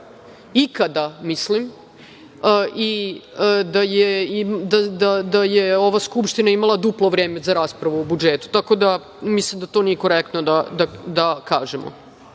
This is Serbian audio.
ikada, mislim, i da je ova Skupština imala duplo vreme za raspravu o budžetu. Tako da mislim da to nije korektno da kažemo